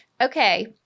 Okay